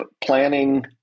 planning